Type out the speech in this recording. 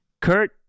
Kurt